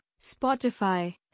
Spotify